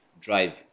drive